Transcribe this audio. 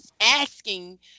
asking